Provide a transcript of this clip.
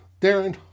Darren